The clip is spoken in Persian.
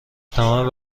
تمام